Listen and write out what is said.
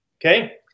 Okay